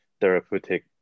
therapeutic